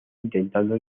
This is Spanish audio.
intentando